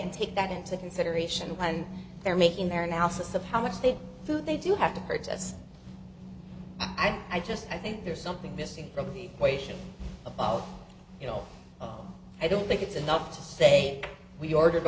and take that into consideration and they're making their analysis of how much they do they do have to purchase i just i think there's something missing from the way above you know i don't think it's enough to say we ordered